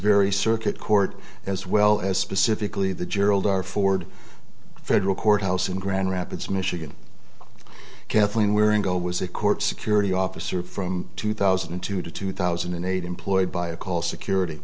very circuit court as well as specifically the gerald r ford federal courthouse in grand rapids michigan kathleen wearing gold was a court security officer from two thousand and two to two thousand and eight employed by a call security